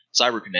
CyberConnect